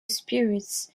spirits